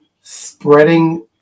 spreading